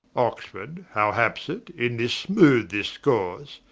oxford, how haps it in this smooth discourse,